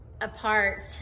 apart